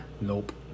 Nope